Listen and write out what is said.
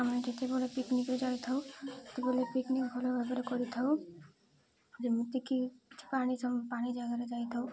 ଆମେ ଯେତେବେଳେ ପିକନିକ୍ରେ ଯାଇଥାଉ ଯେତେବେଳେ ପିକନିକ୍ ଭଲ ଭାବରେ କରିଥାଉ ଯେମିତିକି ପାଣି ପାଣି ଜାଗାରେ ଯାଇଥାଉ